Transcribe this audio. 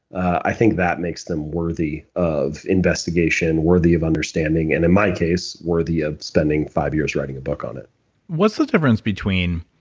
i think that makes them worthy of investigation, worthy of understanding and in my case worthy of spending five years writing a book on it what's the difference between